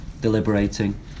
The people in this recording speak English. deliberating